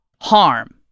harm